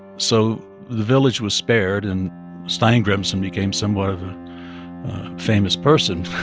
so the village was spared, and steimgrimson became somewhat of a famous person.